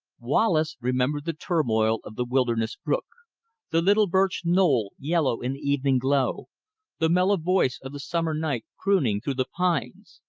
wallace remembered the turmoil of the wilderness brook the little birch knoll, yellow in the evening glow the mellow voice of the summer night crooning through the pines.